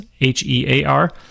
H-E-A-R